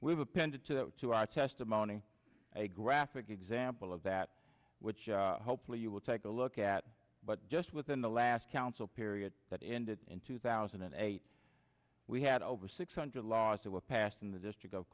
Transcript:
we've appended to to our testimony a graphic example of that which hopefully you will take a look at but just within the last council period that ended in two thousand and eight we had over six hundred laws that were passed in the district of